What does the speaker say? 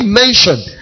mentioned